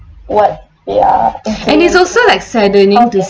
and it's also like saddening to